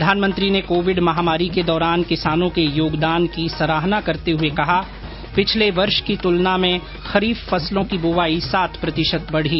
प्रधानमंत्री ने कोविड महामारी के दौरान किसानों के योगदान की सराहना करते हुए कहा पिछले वर्ष की तुलना में खरीफ फसलों की बुआई सात प्रतिशत बढी